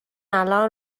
الان